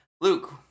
Luke